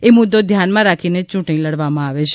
એ મુદ્દો ધ્યાનમાં રાખીને ચૂંટણી લડવામાં આવે છે